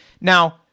Now